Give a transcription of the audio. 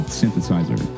synthesizer